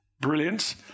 Brilliant